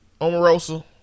Omarosa